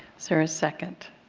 so there a second?